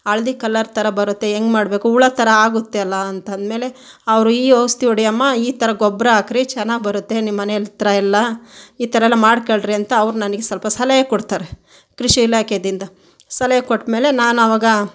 ಹಳದಿ ಕಲರ್ ಥರ ಬರುತ್ತೆ ಹೇಗೆ ಮಾಡಬೇಕು ಹುಳ ಥರ ಆಗುತ್ತಲ್ಲ ಅಂತ ಅಂದ ಮೇಲೆ ಅವರು ಈ ಔಷಧಿ ಹೊಡಿಯಮ್ಮ ಈ ಥರ ಗೊಬ್ಬರ ಹಾಕಿರಿ ಚೆನ್ನಾಗಿ ಬರುತ್ತೆ ನಿಮ್ಮ ಮನೆ ಹತ್ರ ಎಲ್ಲ ಈ ಥರ ಎಲ್ಲ ಮಾಡ್ಕೊಳ್ರಿ ಅಂತ ಅವರು ನನಗೆ ಸ್ವಲ್ಪ ಸಲಹೆ ಕೊಡ್ತಾರೆ ಕೃಷಿ ಇಲಾಖೆಯಿಂದ ಸಲಹೆ ಕೊಟ್ಟಮೇಲೆ ನಾನು ಆವಾಗ